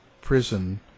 prison